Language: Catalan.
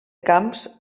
camps